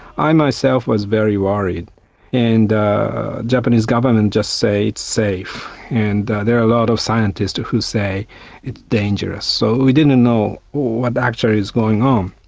i myself was very worried and the japanese government just said it's safe, and there are a lot of scientists who say it's dangerous. so we didn't know what actually is going on.